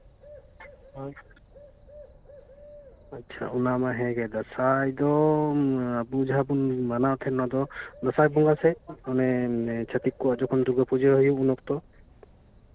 ᱦᱳᱭ ᱟᱪᱪᱷᱟ ᱚᱱᱟᱢᱟ ᱦᱮᱸᱜᱮ ᱫᱟᱸᱥᱟᱭ ᱟᱵᱚ ᱡᱟᱦᱟᱸ ᱵᱚᱱ ᱢᱟᱱᱟᱣ ᱛᱟᱦᱮᱱᱟ ᱚᱱᱟ ᱫᱚ ᱫᱟᱸᱥᱟᱭ ᱵᱚᱸᱜᱟ ᱥᱮᱫ ᱪᱷᱟᱹᱛᱤᱠ ᱠᱚᱣᱟᱜ ᱡᱚᱠᱷᱚᱱ ᱫᱩᱨᱜᱟᱹᱯᱩᱡᱟᱹ ᱦᱩᱭᱩᱜᱼᱟ ᱩᱱ ᱚᱠᱛᱚ